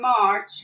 march